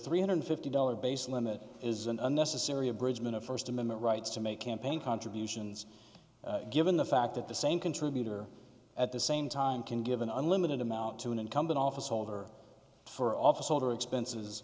three hundred fifty dollars base limit is an unnecessary abridgement of first amendment rights to make campaign contributions given the fact that the same contributor at the same time can give an unlimited amount to an incumbent officeholder for office holder expenses